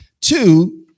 Two